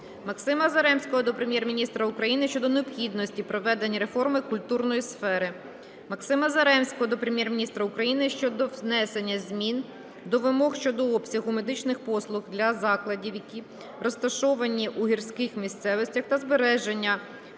Максима Заремського до Прем'єр-міністра України щодо необхідності проведення реформи культурної сфери. Максима Заремського до Прем'єр-міністра України щодо внесення змін до вимог щодо обсягу медичних послуг для закладів, які розташовані у гірських місцевостях, та збереження